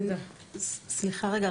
סליחה, רגע.